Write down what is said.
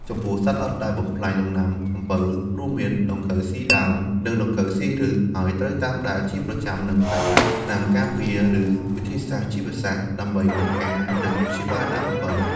ចំពោះសត្វល្អិតដែលបំផ្លាញដំណាំអំពៅរួមមាន ដង្កូវស៊ីដើម និងដង្កូវស៊ីឫស ហើយត្រូវតាមដានជាប្រចាំ និងប្រើប្រាស់ថ្នាំការពារ ឬវិធីសាស្ត្រជីវសាស្រ្តដើម្បីបង្ការ និងព្យាបាលដើមអំពៅ។